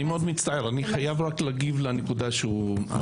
אני מאוד מצטער, אני חייב רק להגיב לנקודה שלו.